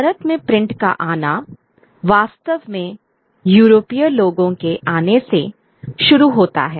भारत में प्रिंट का आना वास्तव में यूरोपीय लोगों के आने से शुरू होता है